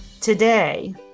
today